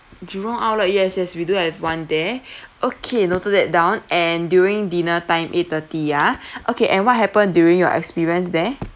jurong outlet yes yes we do have one there okay noted that down and during dinner time eight thirty ah okay and what happened during your experience there